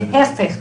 להפך.